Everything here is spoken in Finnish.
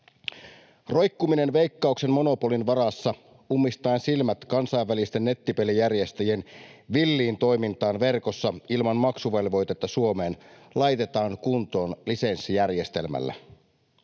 Roikkuminen Veikkauksen monopolin varassa ummistaen silmät kansainvälisten nettipelijärjestöjen villille toiminnalle verkossa ilman maksuvelvoitetta Suomeen laitetaan kuntoon lisenssijärjestelmällä.